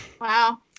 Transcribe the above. Wow